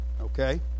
Okay